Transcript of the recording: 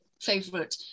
favorite